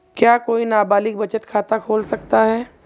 क्या कोई नाबालिग बचत खाता खोल सकता है?